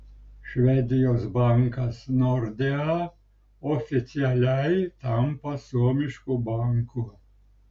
švedijos bankas nordea oficialiai tampa suomišku banku